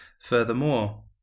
Furthermore